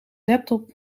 laptop